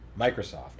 Microsoft